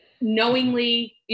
knowingly